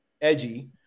edgy